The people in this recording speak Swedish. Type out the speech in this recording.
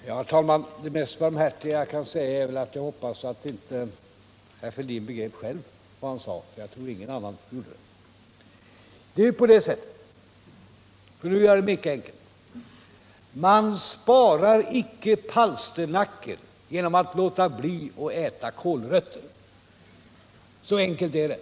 Herr talman! Det mest barmhärtiga jag kan säga är väl att jag hoppas att herr Fälldin begrep vad han sade. Jag tror inte att någon annan gjorde det. Låt mig mycket enkelt beskriva vad det gäller genom att säga: Man sparar icke palsternackor genom att låta bli att äta kålrötter. Så enkelt är det.